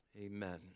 Amen